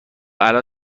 الان